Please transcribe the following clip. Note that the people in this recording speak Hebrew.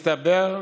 מסתבר,